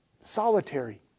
solitary